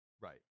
Right